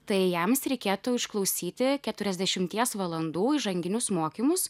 tai jiems reikėtų išklausyti keturiasdešimties valandų įžanginius mokymus